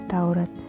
Taurat